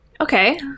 Okay